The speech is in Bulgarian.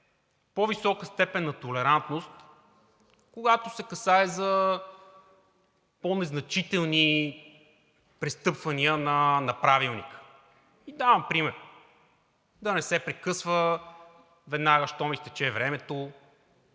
по-висока степен на толерантност, когато се касае за по-незначителни престъпвания на Правилника. Давам пример: да не се прекъсва веднага, щом изтече времето.